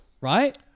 right